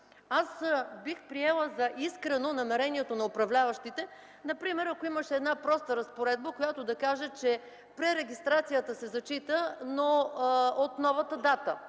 Аз бих приела за искрено намерението на управляващите например, ако имаше една проста разпоредба, която да каже, че пререгистрацията се зачита, но от новата дата